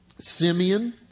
Simeon